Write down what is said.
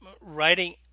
writing